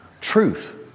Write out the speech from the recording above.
truth